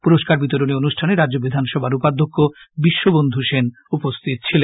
পুরস্কার বিতরণী অনুষ্ঠানে রাজ্য বিধানসভার উপাধ্যক্ষ বিশ্ববন্ধু সেন উপস্হিত ছিলেন